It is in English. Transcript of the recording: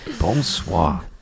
Bonsoir